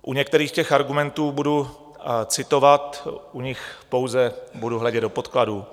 U některých těch argumentů budu citovat, u nich pouze budu hledět do podkladů.